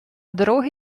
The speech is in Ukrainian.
дорога